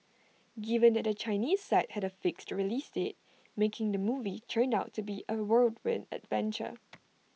given that the Chinese side had A fixed release date making the movie turned out to be A whirlwind adventure